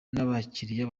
n’abakiriya